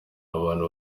abantu